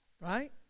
Right